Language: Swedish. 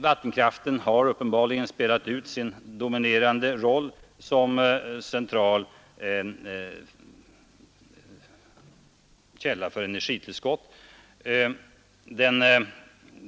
Vattenkraften har uppenbarligen spelat ut sin dominerande roll som central källa för energitillskott.